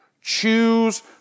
Choose